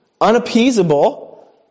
unappeasable